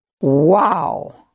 Wow